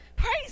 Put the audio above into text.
Praise